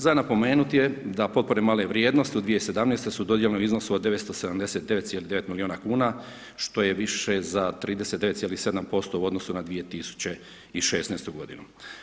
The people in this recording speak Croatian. Za napomenut je da potpore male vrijednosti u 2017. su dodijeljene u iznosu od 979,9 miliona kuna što je više za 39,7% u odnosu na 2016. godinu.